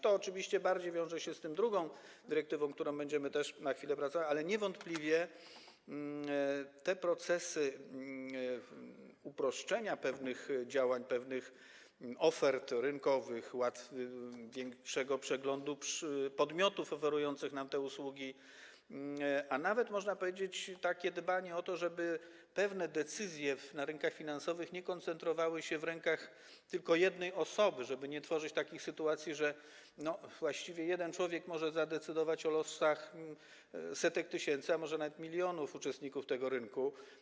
To oczywiście w większym stopniu wiąże się z drugą dyrektywą, nad którą będziemy też za chwilę pracowali, ale niewątpliwie w tej dyrektywie też widać procesy uproszczenia pewnych działań, pewnych ofert rynkowych, większego przeglądu podmiotów oferujących nam usługi, a nawet można powiedzieć, że widać takie dbanie o to, żeby pewne decyzje na rynkach finansowych nie koncentrowały się w rękach tylko jednej osoby, żeby nie tworzyć takich sytuacji, że właściwie jeden człowiek może zadecydować o losach setek tysięcy, a może nawet milionów uczestników tego rynku.